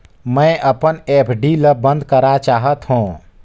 मैं अपन एफ.डी ल बंद करा चाहत हों